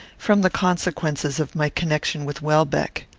from the consequences of my connection with welbeck.